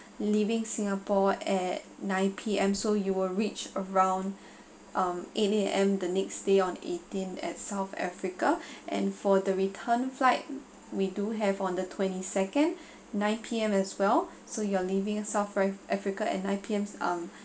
leaving singapore at nine P_M so you will reach around um eight A_M the next day on eighteen at south africa and for the return flight we do have on the twenty second nine P_M as well so you are leaving south right africa at nine P_M um